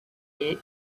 est